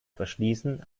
verschließen